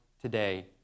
today